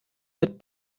mit